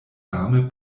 same